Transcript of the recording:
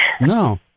No